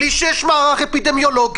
בלי שיש מערך אפידמיולוגי,